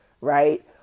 right